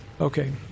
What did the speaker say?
Okay